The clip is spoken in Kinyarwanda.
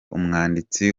umwanditsi